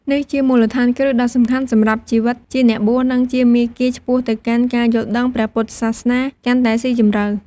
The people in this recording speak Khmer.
នេះជាមូលដ្ឋានគ្រឹះដ៏សំខាន់សម្រាប់ជីវិតជាអ្នកបួស និងជាមាគ៌ាឆ្ពោះទៅកាន់ការយល់ដឹងព្រះពុទ្ធសាសនាកាន់តែស៊ីជម្រៅ។